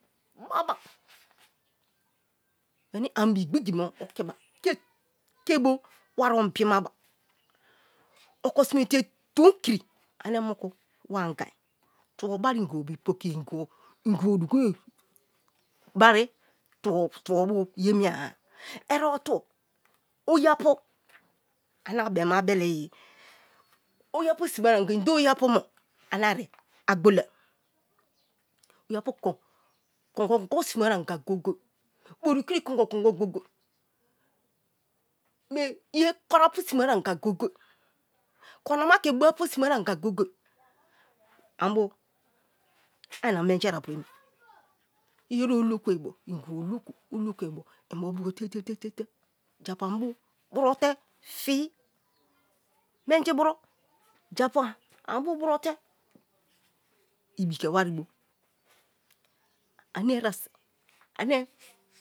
Baba weni ani be igbigi me oki bu ke bo wari onbima ba okosime tomkri are moku wa angia tubo bari ingi bi pokiya ingibo dugo ye bari tubo tubo bu ye miya erebo tubo oyapu ane abem abele ye oya pu simeai anga inele oyapu mo ane ari agbolai kongo sime ara anya goye goye bori kiri kongo kongo goye goye mie ye pkra pu sime aranga goye, kanama ke bo apu sime aranga goye goye ani bu ayi na menji apu emi iyeri olokue ingibo oloku olokue kuma inbio poko tia tia tia tia tia japu amu buro te fi menji buro japu anbu buro te ibu ke wari bo aniye eresi ane.